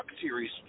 series